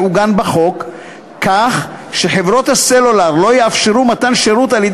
יעוגן בחוק כך שחברות הסלולר לא יאפשרו מתן שירות על-ידי